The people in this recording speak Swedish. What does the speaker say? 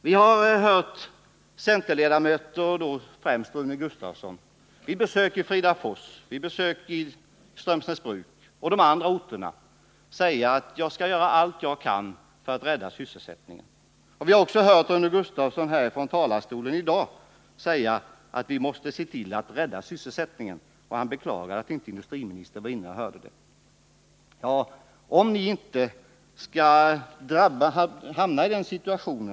Vi har hört centerledamöter, och då främst Rune Gustavsson, vid besök i Fridafors och Strömsnäsbruk samt på andra orter säga att man skall göra allt man kan för att rädda sysselsättningen. Vi har också hört Rune Gustavsson i dag säga från talarstolen att vi måste se till att sysselsättningen räddas. Han beklagade att industriministern inte var i kammaren och lyssnade till debatten.